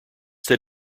that